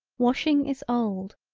washing is old,